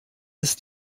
ist